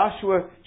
Joshua